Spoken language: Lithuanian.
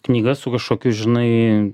knyga su kažkokiu žinai